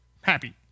Happy